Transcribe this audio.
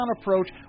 approach